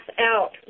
out